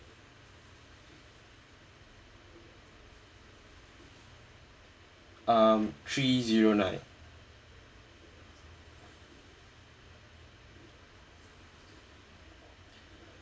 um three zero nine